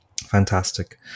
Fantastic